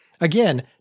Again